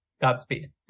Godspeed